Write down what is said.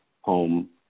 home